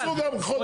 יעשו גם חודש.